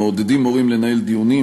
מעודדים מורים לנהל דיונים,